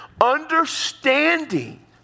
understanding